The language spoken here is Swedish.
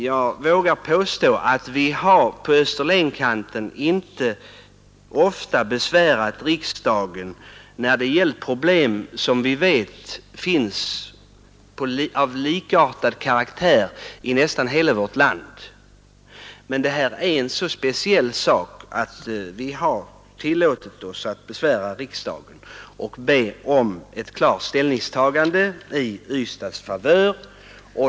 Jag vågar påstå att vi på Österlenkanten inte ofta har besvärat riksdagen i fall där vi vet att det förekommer problem av likartad karaktär i nästan hela vårt land. Detta är emellertid en så speciell angelägenhet att vi har tillåtit oss att besvära riksdagen och be om ett klart ställningstagande i Ystads favör.